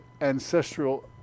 ancestral